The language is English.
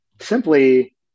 simply